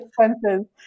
expenses